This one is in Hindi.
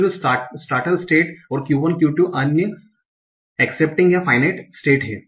Q0 स्टार्टर स्टेट और Q1 और Q2 अन्य एक्सेप्टिंग या फाइनाइट स्टेट है